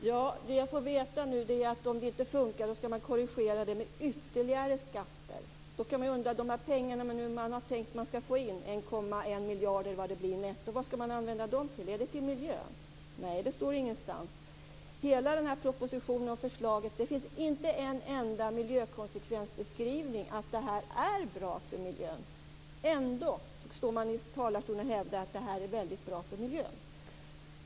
Fru talman! Jag får nu veta att om det inte fungerar skall man korrigera det med ytterligare skatter. De pengar som man nu har tänkt att man skall få in - 1,1 miljarder netto, eller vad det blir - vad skall man använda dem till? Är det till miljön? Nej, det står ingenstans. I hela propositionen, och i förslaget, finns inte en enda miljökonsevensbeskrivning av att det är bra för miljön. Ändå står Ingemar Josefsson i talarstolen och hävdar att det är väldigt bra för miljön.